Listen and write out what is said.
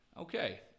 Okay